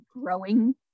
growing